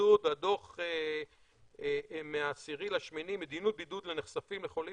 דוח מה-10 באוגוסט: מדיניות בידוד לנחשפים לחולים